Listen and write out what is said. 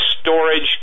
storage